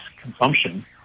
consumption